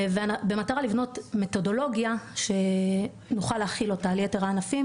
במטרה לבנות מתודולוגיה שנוכל להחיל אותה על יתר הענפים